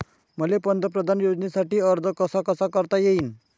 मले पंतप्रधान योजनेसाठी अर्ज कसा कसा करता येईन?